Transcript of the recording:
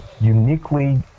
uniquely